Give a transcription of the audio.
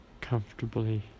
comfortably